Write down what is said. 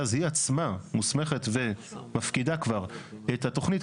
ואז היא עצמה מוסמכת ומפקידה כבר את התוכנית.